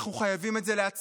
אנחנו חייבים את זה לעצמנו.